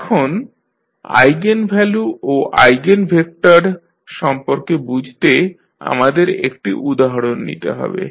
এখন আইগেনভ্যালু ও আইগেনভেক্টর সম্পর্কে বুঝতে আমাদের একটি উদাহরণ নিতে হবে